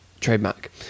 trademark